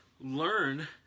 learn